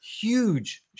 Huge